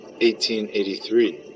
1883